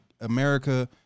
America